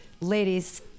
Ladies